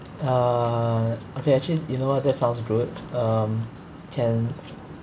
uh okay actually you know what that sounds good um can